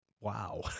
wow